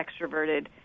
extroverted